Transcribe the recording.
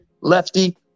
lefty